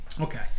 okay